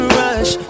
rush